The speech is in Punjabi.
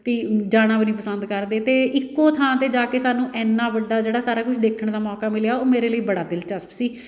ਤੀ ਜਾਣਾ ਵੀ ਨਹੀਂ ਪਸੰਦ ਕਰਦੇ ਤੇ ਇੱਕੋ ਥਾਂ 'ਤੇ ਜਾ ਕੇ ਸਾਨੂੰ ਇੰਨਾਂ ਵੱਡਾ ਜਿਹੜਾ ਸਾਰਾ ਕੁਛ ਦੇਖਣ ਦਾ ਮੌਕਾ ਮਿਲਿਆ ਉਹ ਮੇਰੇ ਲਈ ਬੜਾ ਦਿਲਚਸਪ ਸੀ